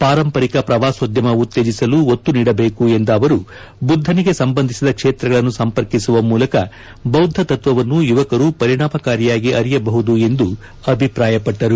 ಪಾರಂಪರಿಕ ಪ್ರವಾಸೋದ್ಧಮ ಉತ್ತೇಜಿಸಲು ಒತ್ತು ನೀಡಬೇಕು ಎಂದ ಅವರು ಬುದ್ದನಿಗೆ ಸಂಬಂಧಿಸಿದ ಕ್ಷೇತ್ರಗಳನ್ನು ಸಂಪರ್ಕಿಸುವ ಮೂಲಕ ಬೌದ್ದ ತತ್ವವನ್ನು ಯುವಕರು ಪರಿಣಾಮಕಾರಿಯಾಗಿ ಅರಿಯಬಹುದು ಎಂದು ಅಭಿಪ್ರಾಯಪಟ್ಟರು